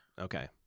Okay